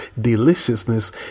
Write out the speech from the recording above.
deliciousness